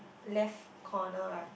left corner right